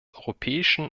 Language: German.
europäischen